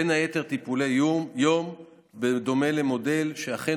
בין היתר טיפולי יום בדומה למודל שאכן